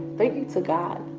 thank you to god.